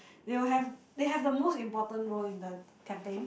they will have they have the most important role in the campaign